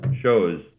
shows